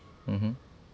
mmhmm